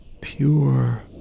pure